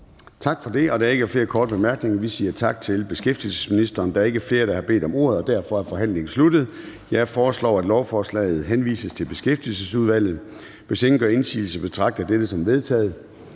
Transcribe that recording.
Tak for det. Der er ikke flere korte bemærkninger, så vi siger tak til beskæftigelsesministeren. Der er ikke flere, der har bedt om ordet, og derfor er forhandlingen sluttet. Jeg foreslår, at lovforslaget henvises til Beskæftigelsesudvalget. Hvis ingen gør indsigelse, betragter jeg dette som vedtaget.